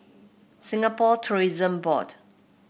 Singapore Tourism Board